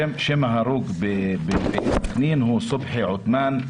שם ההרוג בסכנין הוא סובחי עותמאן,